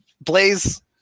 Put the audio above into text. Blaze